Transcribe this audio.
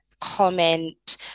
comment